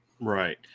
Right